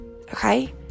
okay